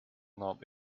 not